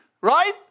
Right